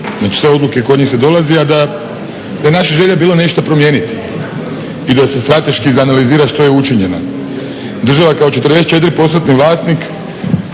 Znači, sve odluke kod njih se donose, a da je naša želja bila nešto promijeniti i da se strateški izanalizira što je učinjeno. Država kao 44 postotni vlasnik